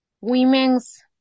women's